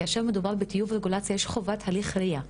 כאשר מדובר בטיוב רגולציה יש בעצם הליך ראיה.